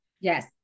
Yes